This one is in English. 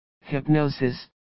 Hypnosis